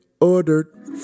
ordered